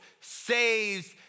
saves